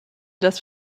das